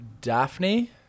Daphne